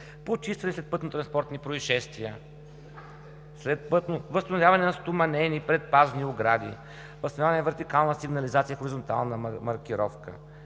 почистване след пътнотранспортни произшествия; възстановяване на стоманени, предпазни огради; възстановяване вертикална сигнализация, хоризонтална маркировка,